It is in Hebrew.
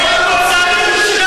ראינו אותה.